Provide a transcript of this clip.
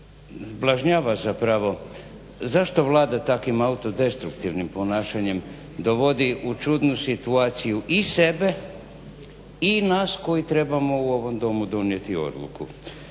sablažnjava zapravo zašto Vlada takvim autodestruktivnim ponašanjem dovodi u čudnu situaciju i sebe i nas koji trebamo u ovom Domu donijeti odluku.